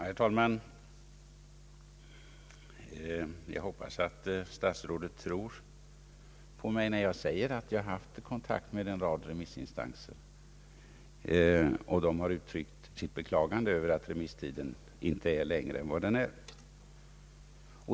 Herr talman! Jag hoppas att statsrådet tror mig när jag säger att jag haft kontakt med en rad remissinstanser. Dessa har uttryckt sitt beklagande över att remisstiden inte är längre än vad den är.